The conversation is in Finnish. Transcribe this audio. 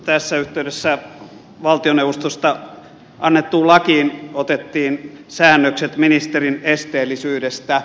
tässä yhteydessä valtioneuvostosta annettuun lakiin otettiin säännökset ministerin esteellisyydestä